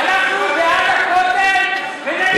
אנחנו בעד הכותל ונגד הצביעות,